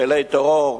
פעילי טרור,